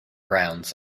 grounds